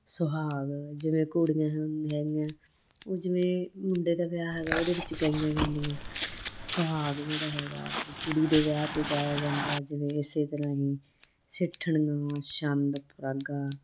ਸੁਹਾਗ ਜਿਵੇਂ ਘੋੜੀਆਂ ਹੁੰ ਹੈਗੀਆਂ ਉਹ ਜਿਵੇਂ ਮੁੰਡੇ ਦਾ ਵਿਆਹ ਹੈਗਾ ਉਹਦੇ ਵਿੱਚ ਗਾਈਆਂ ਜਾਂਦੀਆਂ ਸੁਹਾਗ ਜਿਹੜਾ ਹੈਗਾ ਉਹ ਕੁੜੀ ਦੇ ਵਿਆਹ 'ਚ ਗਾਇਆ ਜਾਂਦਾ ਜਿਵੇਂ ਇਸੇ ਤਰ੍ਹਾਂ ਹੀ ਸਿੱਠਣੀਆਂ ਛੰਦ ਪਰਾਗਾ